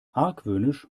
argwöhnisch